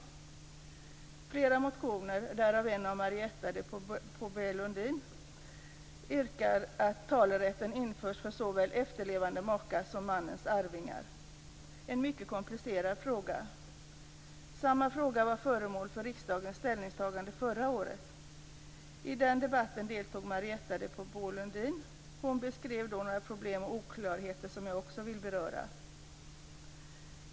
I flera motioner, varav en har väckts av Marietta de Pourbaix-Lundin, yrkas att talerätt införs för såväl efterlevande maka som mannens arvingar. Detta är en mycket komplicerad fråga. Samma fråga var föremål för riksdagens ställningstagande förra året. I den debatten deltog Marietta de Pourbaix-Lundin. Hon beskrev då några problem och oklarheter, som jag också vill beröra.